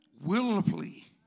willfully